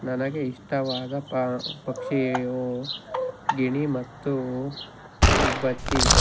ನನಗೆ ಇಷ್ಟವಾದ ಪಕ್ಷಿಯು ಗಿಣಿ ಮತ್ತು ಗುಬ್ಬಚ್ಚಿ